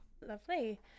Lovely